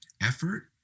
effort